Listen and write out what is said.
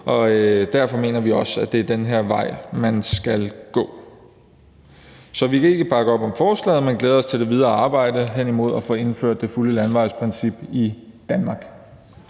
Derfor mener vi også, at det er den her vej, man skal gå. Så vi kan ikke bakke op om forslaget, men glæder os til det videre arbejde hen imod at indføre det fulde landevejsprincip i Danmark.